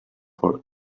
for